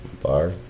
Bar